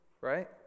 right